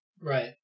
Right